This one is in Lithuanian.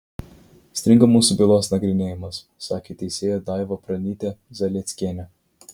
stringa mūsų bylos nagrinėjimas sakė teisėja daiva pranytė zalieckienė